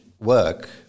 work